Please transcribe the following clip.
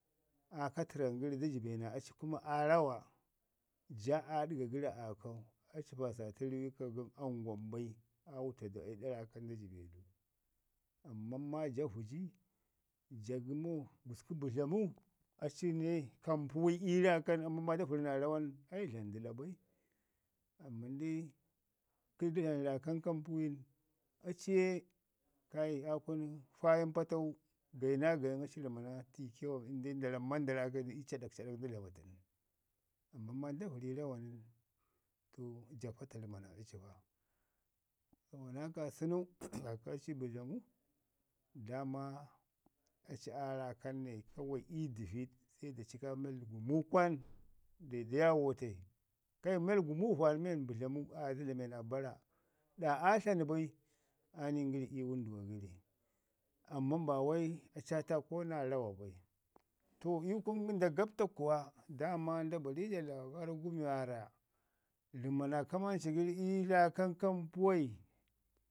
aa katərran gəri do jibe naa aci kuma aa rawa, ja aa ɗəga gəri aa kau, aci pəasaatu anguwan bai, aa wuta du iui ɗa raakan da jibo du. Ammam maa ja vəji jo gəmo gusku budlamu aci ne kampuwai ii raakam amman ma da vəri naa rawa nən ai dlan dəla bai. Amman dai kə da dlam raa kam naa kampuwain aci ye kai aa kunu faayin patau gayi naa gayin aci rəma naa tiike wan əndai nda ramu ma nda raakənyi ii caɗak gu amman maa nda vəri rawa nən, to ja pata rəma naa aci pa. Kəma naa kaasunu kaakə aci bullamu, doama aci aa raakan ne kawa ii dəviɗ se daci kaa mel gumu kwan danji da yaamo tai, kai mel gumu vaɗ men budlamu aa ya da dlame naa baza ɗa aa tlajmu bai aa nin gəri ii wənduwa gəri amman ba wai aci aa taako naa rawa bai. To ii kunu nda gapta kuwa daaman nda bwi ja laaboor mi waarra rəma naa kamanci gəri ii raakan kampuwai